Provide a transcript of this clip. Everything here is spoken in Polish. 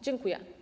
Dziękuję.